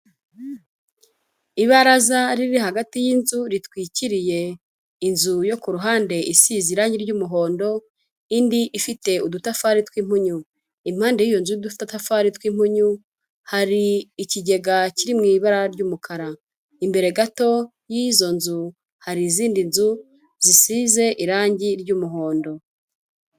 Ibaraza riri hagati y'inzu ritwikiriye inzu yo ku ruhande isize irangi ry'umuhondo indi ifite udutafari tw'impunyu impande yiyo nzu udutatafari tw'impunyu hari ikigega kiri mu ibara ry'umukara imbere gato y'izo nzu hari izindi nzu zisize irangi ry'umuhondo.